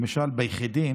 למשל ביחידים,